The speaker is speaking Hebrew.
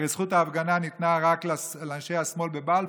הרי זכות ההפגנה ניתנה רק לאנשי השמאל בבלפור,